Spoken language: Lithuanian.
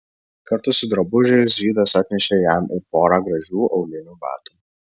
kartu su drabužiais žydas atnešė jam ir porą gražių aulinių batų